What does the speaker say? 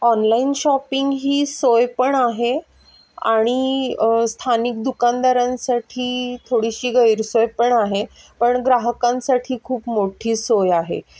online shopping ही सोय पण आहे आणि स्थानिक दुकानदारांसाठी थोडीशी गैरसोय पण आहे पण ग्राहकांसाठी खूप मोठी सोय आहे